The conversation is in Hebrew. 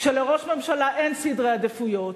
כשלראש ממשלה אין סדרי עדיפויות,